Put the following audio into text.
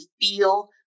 feel